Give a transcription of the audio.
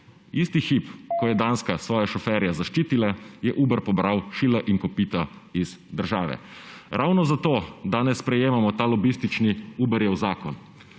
znak za konec razprave/ svoje šoferje zaščitila, je Uber pobral šila in kopita iz države. Ravno zato danes sprejemamo ta lobistični Uberjev zakon.